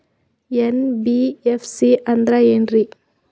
NBFC ಅಂದ್ರ ಏನ್ರೀ?